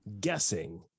guessing